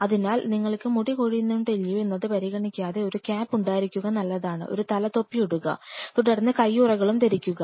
അതിനാൽ നിങ്ങൾക്ക് മുടി കൊഴിയുന്നുണ്ടോ ഇല്ലയോ എന്നത് പരിഗണിക്കാതെ ഒരു ക്യാപ് ഉണ്ടായിരിക്കുക നല്ലതാണ് ഒരു തല തൊപ്പി ഇടുക തുടർന്ന് കയ്യുറകളും ധരിക്കുക